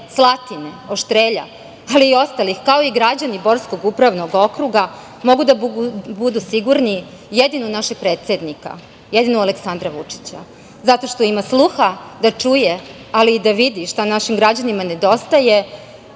Slatine, Oštrelja, ali i ostalih, kao i građani Borskog upravnog okruga mogu da budu sigurni jedino u našeg predsednika, jedino u Aleksandra Vučića. Zato što ima sluha da čuje, ali i da vidi šta našim građanima nedostaje